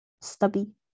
stubby